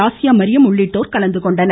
Asia Mariam உள்ளிட்டோர் கலந்து கொண்டனர்